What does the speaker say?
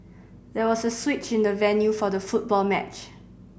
there was a switch in the venue for the football match